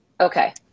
Okay